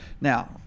Now